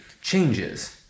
Changes